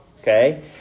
Okay